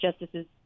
justices